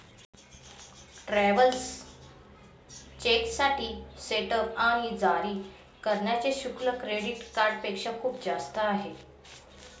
travellers चेकसाठी setup आणि जारी करण्याचे शुल्क क्रेडिट कार्डपेक्षा खूप जास्त आहे